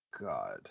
God